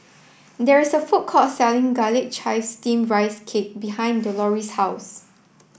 there is a food court selling Garlic Chives Steamed Rice Cake behind Deloris' house